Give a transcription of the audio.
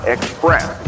Express